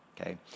okay